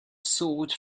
sword